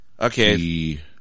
okay